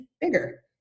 bigger